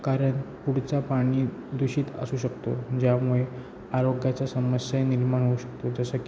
कारण पुढचा पाणी दूषित असू शकतो ज्यामुळे आरोग्याच्या समस्या निर्माण होऊ शकतो जसं की